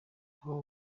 naho